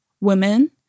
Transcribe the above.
women